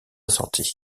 sortie